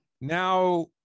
now